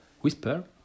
whisper